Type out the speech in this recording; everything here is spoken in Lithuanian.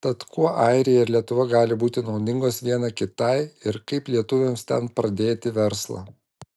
tad kuo airija ir lietuva gali būti naudingos viena kitai ir kaip lietuviams ten pradėti verslą